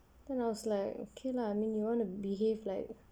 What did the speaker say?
then I was like okay lah mean you want to behave like